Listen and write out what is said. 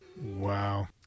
Wow